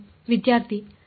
ವಿದ್ಯಾರ್ಥಿ rm